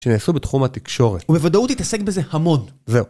שנעשו בתחום התקשורת. הוא בוודאות התעסק בזה המון. זהו.